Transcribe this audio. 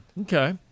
Okay